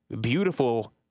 beautiful